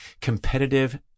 competitive